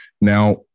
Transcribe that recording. Now